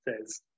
says